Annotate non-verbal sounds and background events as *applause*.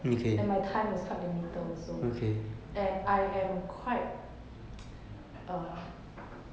and my time is quite limited also and I am quite *noise* err